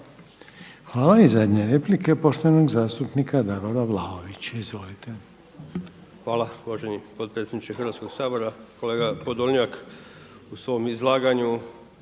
Hvala. I zadnja replika poštovanog zastupnika Davora Vlaovića. Izvolite. **Vlaović, Davor (HSS)** Hvala, uvaženi potpredsjedniče Hrvatskoga sabora. Kolega Podolnjak u svom izlaganju